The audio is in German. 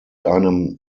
einem